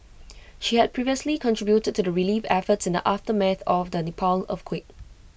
she had previously contributed to the relief efforts in the aftermath of the Nepal earthquake